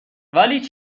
ولی